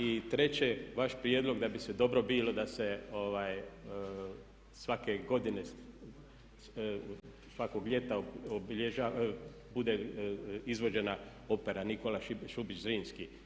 I treće, vaš prijedlog da bi se dobro bilo da se svake godine, svakog ljeta obilježava, bude izvođena opera Nikola Šubić Zrinski.